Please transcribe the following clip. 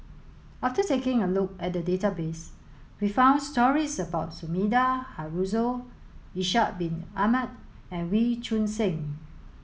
after taking a look at the database we found stories about Sumida Haruzo Ishak bin Ahmad and Wee Choon Seng